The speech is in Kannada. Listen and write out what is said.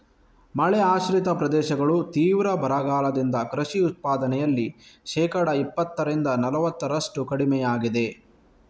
ಮಳೆ ಆಶ್ರಿತ ಪ್ರದೇಶಗಳು ತೀವ್ರ ಬರಗಾಲದಿಂದ ಕೃಷಿ ಉತ್ಪಾದನೆಯಲ್ಲಿ ಶೇಕಡಾ ಇಪ್ಪತ್ತರಿಂದ ನಲವತ್ತರಷ್ಟು ಕಡಿಮೆಯಾಗಿದೆ